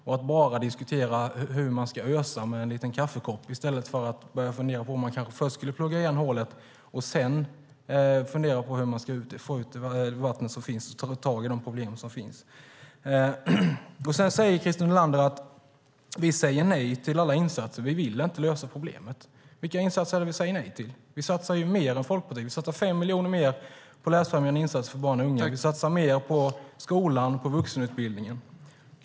Man sitter och diskuterar hur man ska ösa med en kaffekopp i stället för att börja fundera på att först plugga igen hålet och sedan ösa ut vattnet och ta tag i problemen. Christer Nylander menar att vi säger nej till alla insatser, att vi inte vill lösa problemet. Vilka insatser säger vi nej till? Vi satsar mer än Folkpartiet. Vi satsar 5 miljoner mer på läsfrämjande insatser för barn och unga. Vi satsar mer på skolan och vuxenutbildning.